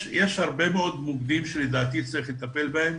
יש הרבה מאוד מוקדים שלדעתי צריך לטפל בהם.